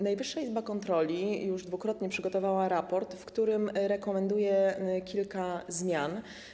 Najwyższa Izba Kontroli już dwukrotnie przygotowała raport, w którym rekomenduje kilka zmian.